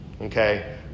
okay